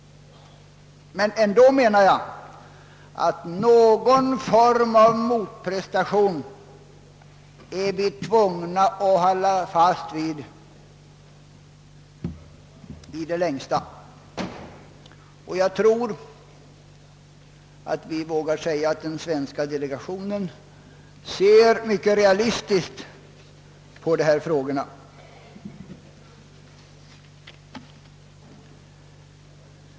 ändå menar jag att vi är tvungna att i det längsta hålla fast vid kravet på någon form av motprestation. Jag tror vi vågar säga att den svenska delegationen ser mycket realistiskt på de här frågorna.